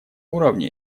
уровне